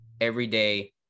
everyday